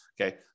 Okay